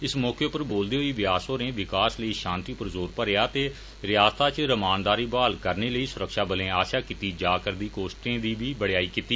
इस मौके पर बोलदे होई ब्यास होरें विकास लेई षांति पर जोर भरेआ ते रियासता इच रमानदारी बहाल करने लेई सुरक्षाबलें आस्सैआ कीती जा रदी कोष्टें दी बी बड़ेयाई कीती